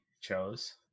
chose